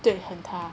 对很